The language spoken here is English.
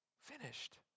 Finished